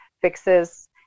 fixes